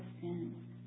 sin